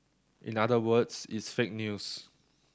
in other words it's fake news